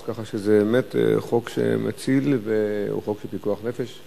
ככה שזה באמת חוק שמציל וחוק של פיקוח נפש.